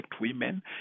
women